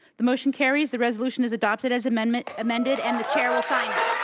the motion carries. the resolution is adopted as amended amended and the chair will sign it.